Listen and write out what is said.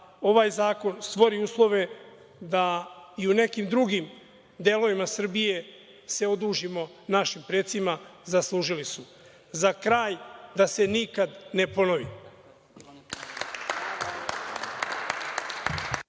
ovaj zakon stvori uslove da i u nekim drugim delovima Srbije se odužimo našim precima. Zaslužili su.Za kraj, da se nikada ne ponovi.